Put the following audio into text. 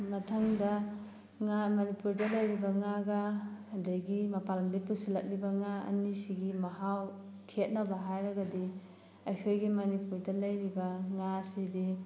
ꯃꯊꯪꯗ ꯉꯥ ꯃꯅꯤꯄꯨꯔꯗ ꯂꯩꯔꯤꯕ ꯉꯥꯒ ꯑꯗꯒꯤ ꯃꯄꯥꯟ ꯂꯝꯗꯩ ꯄꯨꯁꯤꯜꯂꯛꯂꯤꯕ ꯉꯥ ꯑꯅꯤꯁꯤꯒꯤ ꯃꯍꯥꯎ ꯈꯦꯠꯅꯕ ꯍꯥꯏꯔꯒꯗꯤ ꯑꯩꯈꯣꯏꯒꯤ ꯃꯅꯤꯄꯨꯔꯗ ꯂꯩꯔꯤꯕ ꯉꯥꯁꯤꯗꯤ